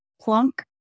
plunk